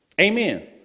Amen